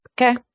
Okay